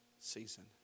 season